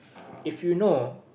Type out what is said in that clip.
if you know